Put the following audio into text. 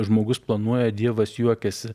žmogus planuoja dievas juokiasi